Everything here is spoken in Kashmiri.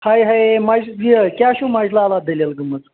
ہاے ہاے ہے مجہِ یہِ کیاہ چھُ مجہِ لال اتھ دٔلیل گٔمٕژ